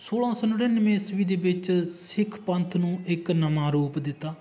ਸੋਲ੍ਹਾਂ ਸੌ ਨੜਿਨਵੇਂ ਈਸਵੀ ਦੇ ਵਿੱਚ ਸਿੱਖ ਪੰਥ ਨੂੰ ਇੱਕ ਨਵਾਂ ਰੂਪ ਦਿੱਤਾ